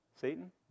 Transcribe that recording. Satan